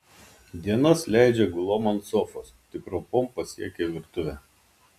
dienas leidžia gulom ant sofos tik ropom pasiekia virtuvę